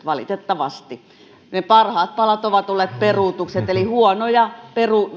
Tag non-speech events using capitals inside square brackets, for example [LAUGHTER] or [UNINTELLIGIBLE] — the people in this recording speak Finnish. [UNINTELLIGIBLE] valitettavasti ne parhaat palat ovat olleet peruutukset eli huonoja